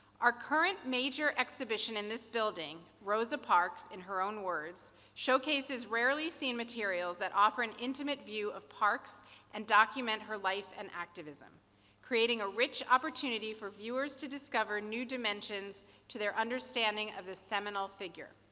our current major exhibition in this building, rosa parks in her own words, showcases rarely seen materials that offer an intimate view of parks and document her life and activism creating a rich opportunity for viewers to discover new dimension to their understanding of this seminal figure.